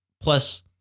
Plus